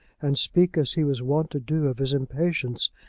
and speak as he was wont to do of his impatience,